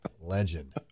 Legend